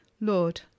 Lord